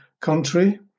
country